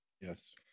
Yes